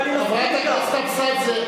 חברת הכנסת אבסדזה.